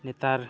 ᱱᱮᱛᱟᱨ